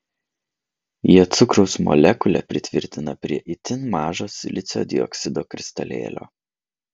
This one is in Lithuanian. jie cukraus molekulę pritvirtina prie itin mažo silicio dioksido kristalėlio